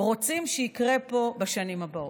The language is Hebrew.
רוצים שיקרה פה בשנים הבאות.